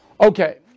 Okay